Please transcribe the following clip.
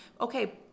okay